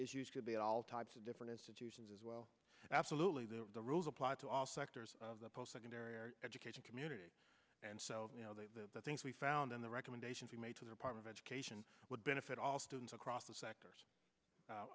issues could be all types of different institutions as well absolutely the rules apply to all sectors of the post secondary education community and so you know they've the things we found in the recommendations we made to their part of education would benefit all students across the sectors